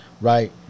right